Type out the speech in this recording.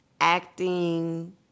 acting